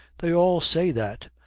they all say that.